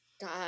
God